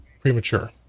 premature